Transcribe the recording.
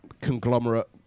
conglomerate